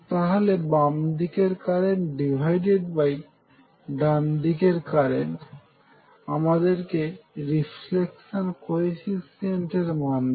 তাহলে বামদিকে কারেন্ট ডান দিকে কারেন্ট আমাদেরকে রিফ্লেকশন কোইফিশিয়েন্টের মান দেবে